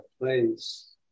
place